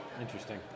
Interesting